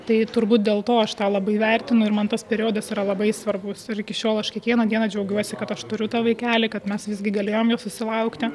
tai turbūt dėl to aš tą labai vertinu ir man tas periodas yra labai svarbus ir iki šiol aš kiekvieną dieną džiaugiuosi kad aš turiu tą vaikelį kad mes visgi galėjom jo susilaukti